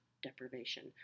deprivation